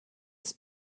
des